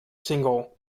single